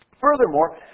Furthermore